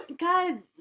God